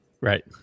Right